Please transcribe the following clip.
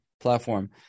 platform